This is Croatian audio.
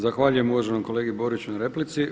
Zahvaljujem uvaženom kolegi Boriću na replici.